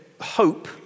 hope